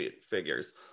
figures